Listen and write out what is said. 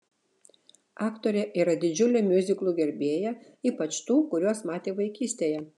aktorė yra didžiulė miuziklų gerbėja ypač tų kuriuos matė vaikystėje